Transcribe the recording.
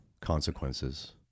consequences